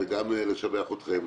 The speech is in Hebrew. וגם לשבח אתכם,